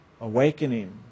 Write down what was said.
Awakening